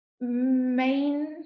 main